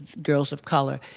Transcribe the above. girls of color,